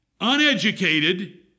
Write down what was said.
uneducated